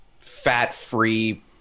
fat-free